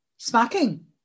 Smacking